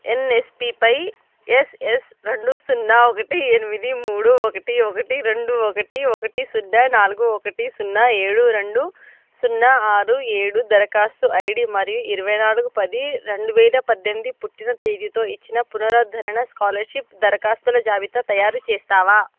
ఎన్ఎస్పిపై ఎస్ఎస్ రెండు సున్నా ఒకటి ఎనిమిది మూడు ఒకటి ఒకటి రెండు ఒకటి ఒకటి సున్నా నాలుగు ఒకటి సున్నా ఏడు రెండు సున్నా ఆరు ఏడు దరఖాస్తు ఐడి మరియు ఇరవై నాలుగు పది రెండు వేల పద్దెనిమిది పుట్టిన తేదీతో ఇచ్చిన పునరుద్ధరణ స్కాలర్షిప్ దరఖాస్తుల జాబితా తయారుచేస్తావా